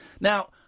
Now